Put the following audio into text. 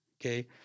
okay